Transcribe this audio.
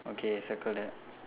okay circle that